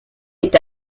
est